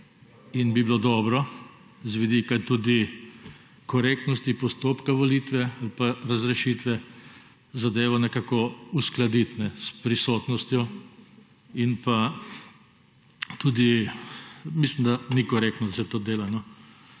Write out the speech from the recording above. In bi bilo dobro z vidika tudi korektnosti postopka volitve ali pa razrešitve zadevo nekako uskladiti s prisotnostjo in pa tudi, mislim da ni korektno, da se to dela.